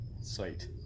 sight